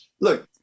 Look